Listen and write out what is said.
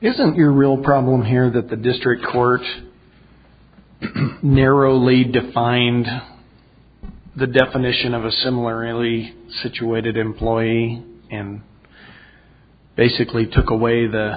isn't your real problem here that the district court narrowly defined the definition of a similarly situated employee and basically took away the